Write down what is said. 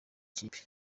kipe